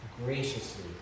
graciously